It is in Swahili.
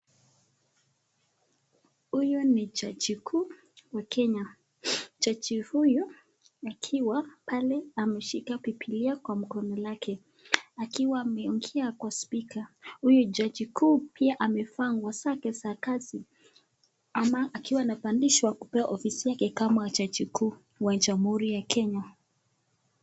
Huyu ni jaji kuu wa (kenya) jaji huyu akiwa pale ameshika bibilia kwa mkono lake akiwa ameongea kwa (speaker) huyu jaji kuu pia amevaa nguo zake za kazi ama akiwa anapandishwa kupewa ofisi yake kama jaji kuu wa jamuhuri ya (kenya)